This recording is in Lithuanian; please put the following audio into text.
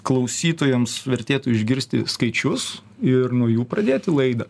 klausytojams vertėtų išgirsti skaičius ir nuo jų pradėti laidą